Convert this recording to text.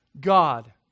God